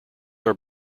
are